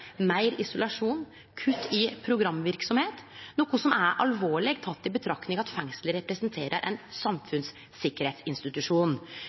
meir isolasjon, kutt i programverksemd, noko som er alvorleg, med tanke på at fengsel representerer ein